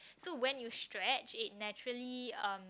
so when you stretch it naturally um